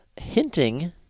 hinting